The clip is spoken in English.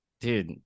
dude